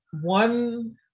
one